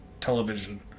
television